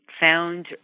found